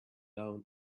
down